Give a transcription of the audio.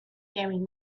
faring